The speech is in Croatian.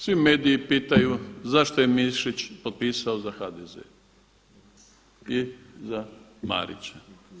Svi mediji pitaju zašto je Mišić potpisao za HDZ i za Marića.